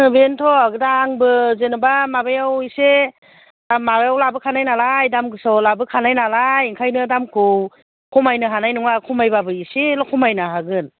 बेनोथ' आंबो जेन'बा माबा माबायाव एसे आ माबायाव लाबोखानाय नालाय दाम गोसायाव लाबोखानाय नालाय ओंखायनो दामखौ खमायनो हानाय नङा खमायबाबो एसेल' खमायनो हागोन